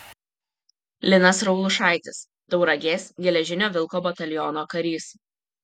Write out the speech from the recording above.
linas raulušaitis tauragės geležinio vilko bataliono karys